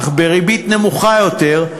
אך בריבית נמוכה יותר,